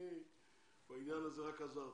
אני בעניין הזה רק עזרתי.